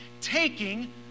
taking